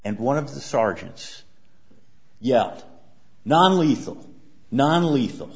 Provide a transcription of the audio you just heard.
and one of the sergeants yeah non lethal non lethal